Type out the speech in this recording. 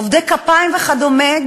עובדי כפיים וכדומה,